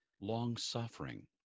long-suffering